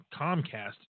Comcast